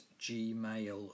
gmail